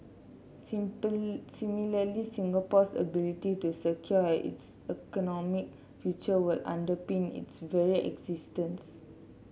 simple similarly Singapore's ability to secure its economic future will underpin its very existence